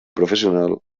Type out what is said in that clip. professional